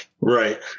Right